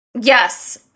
Yes